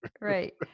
Right